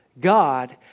God